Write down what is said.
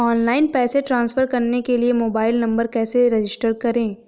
Online पैसे transfer करने के लिए मोबाइल नंबर कैसे रजिस्टर करें?